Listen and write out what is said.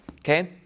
Okay